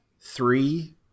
three